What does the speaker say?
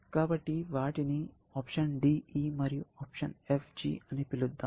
కాబట్టి వాటిని option DE మరియు ఆప్షన్ FG అని పిలుద్దాం